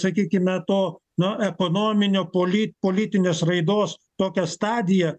sakykime to nu ekonominio poli politinės raidos tokią stadiją